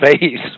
face